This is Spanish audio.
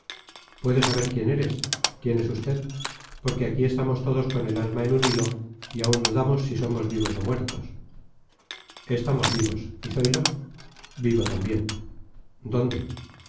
puedo saber quién eres quién es usted porque aquí estamos todos con el alma en un hilo y aun dudamos si somos vivos o muertos estamos vivos y zoilo vivo también dónde